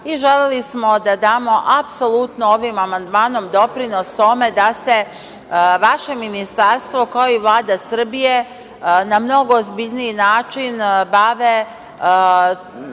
i želeli smo da damo apsolutno ovim amandmanom doprinos tome da se vaše ministarstvo, kao i Vlada Srbije na mnogo ozbiljniji način bave